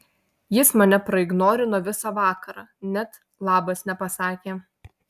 jis mane praignorino visą vakarą net labas nepasakė